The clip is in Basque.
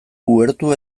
uhertu